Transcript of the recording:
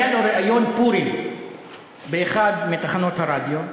היה לו ראיון פורים באחת מתחנות הרדיו,